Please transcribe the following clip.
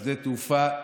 בשדה תעופה,